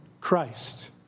Christ